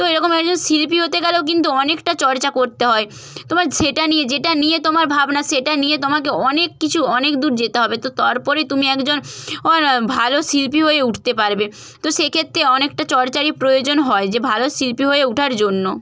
তো এরকম একজন শিল্পী হতে গেলেও কিন্তু অনেকটা চর্চা করতে হয় তোমার যেটা নিয়ে যেটা নিয়ে তোমার ভাবনা সেটা নিয়ে তোমাকে অনেক কিছু অনেক দূর যেতে হবে তো তারপরে তুমি একজন ভালো শিল্পী হয়ে উঠতে পারবে তো সেক্ষেত্রে অনেকটা চর্চারই প্রয়োজন হয় যে ভালো শিল্পী হয়ে ওঠার জন্য